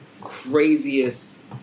craziest